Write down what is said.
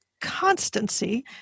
constancy